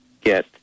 get